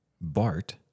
Bart